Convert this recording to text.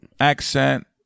accent